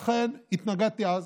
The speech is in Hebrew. לכן התנגדתי אז